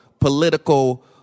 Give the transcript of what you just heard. political